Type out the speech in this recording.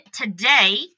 today